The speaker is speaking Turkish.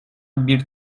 bir